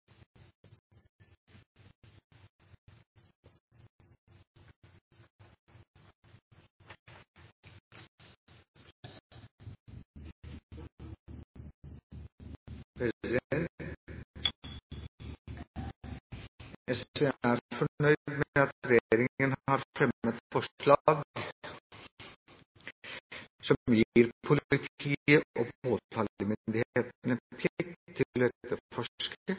SV er fornøyd med at regjeringen har fremmet forslag som gir politiet og påtalemyndighetene plikt til